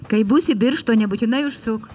kai būsi birštone būtinai užsuk